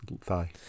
thigh